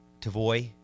Tavoy